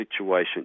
situation